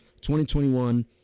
2021